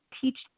teach